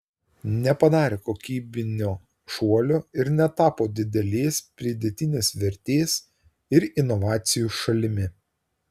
nepadarė kokybinio šuolio ir netapo didelės pridėtinės vertės ir inovacijų šalimi